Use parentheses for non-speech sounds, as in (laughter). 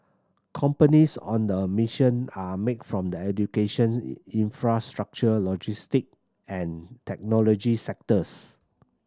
companies on the mission are make from the education (unintelligible) infrastructure logistic and technology sectors